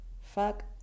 Fuck